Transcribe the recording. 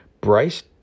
Bryce